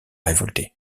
révoltés